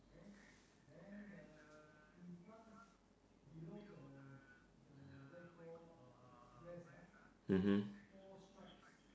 mmhmm